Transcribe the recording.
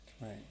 right